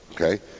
okay